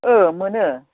ओह मोनो